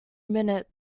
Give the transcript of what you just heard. minute